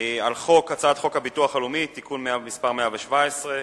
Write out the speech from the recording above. על הצעת חוק הביטוח הלאומי (תיקון מס' 117),